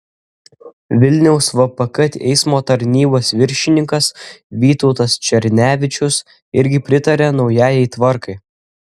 vilniaus vpk eismo tarnybos viršininkas vytautas černevičius irgi pritaria naujajai tvarkai